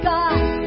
God